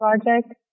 project